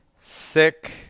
sick